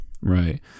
right